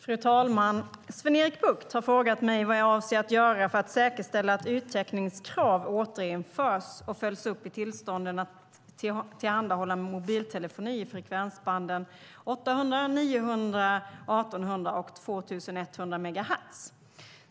Fru talman! Sven-Erik Bucht har frågat mig vad jag avser att göra för att säkerställa att yttäckningskrav återinförs och följs upp i tillstånden att tillhandahålla mobiltelefoni i frekvensbanden 800, 900, 1 800 och 2 100 megahertz.